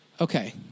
okay